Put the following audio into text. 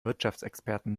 wirtschaftsexperten